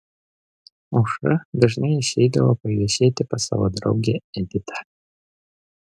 aušra dažnai išeidavo paviešėti pas savo draugę editą